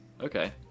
okay